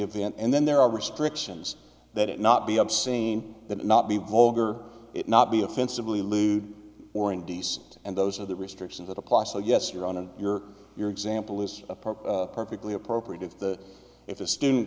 event and then there are restrictions that it not be obscene that it not be vulgar it not be offensively lewd or indecent and those are the restrictions that apply so yes your own and your your example is a part perfectly appropriate if the if a student